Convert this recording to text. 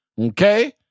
Okay